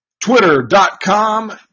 Twitter.com